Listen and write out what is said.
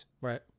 Right